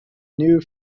new